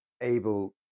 able